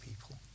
people